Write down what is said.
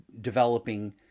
developing